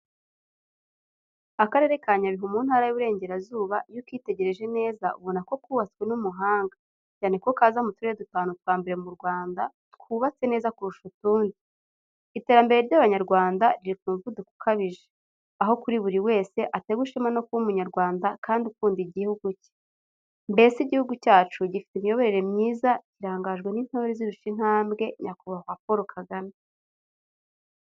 Akarere ka Nyabihu mu ntara y’Uburengerazuba, iyo ukitegereje neza, ubona ko kubatswe n’umuhanga, cyane ko kaza mu turere dutanu twa mbere mu Rwanda twubatse neza kurusha utundi. Iterambere ry’Abanyarwanda riri ku muvuduko ukabije, aho kuri ubu buri wese atewe ishema no kuba Umunyarwanda kandi ukunda igihugu cye. Mbese, igihugu cyacu gifite imiyoborere myiza kirangajwe n’Intore izirusha intambwe, Nyakubahwa Paul Kagame.